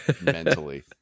mentally